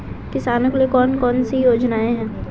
किसानों के लिए कौन कौन सी योजनाएं हैं?